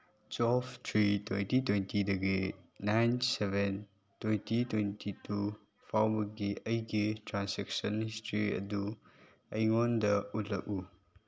twelve three twenty ꯇ꯭ꯋꯦꯟꯇꯤꯗꯒꯤ nine seven twenty twenty two ꯐꯥꯎꯕꯒꯤ ꯑꯩꯒꯤ ꯇ꯭ꯔꯥꯟꯁꯦꯛꯁꯟ ꯍꯤꯁꯇ꯭ꯔꯤ ꯑꯗꯨ ꯑꯩꯉꯣꯟꯗ ꯎꯠꯂꯛꯎ